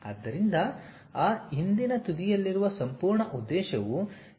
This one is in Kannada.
ಆದ್ದರಿಂದ ಆ ಹಿಂದಿನ ತುದಿಯಲ್ಲಿರುವ ಸಂಪೂರ್ಣ ಉದ್ದೇಶವು ಈ ರೀತಿ ಹೋಗುತ್ತದೆ